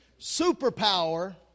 superpower